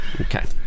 okay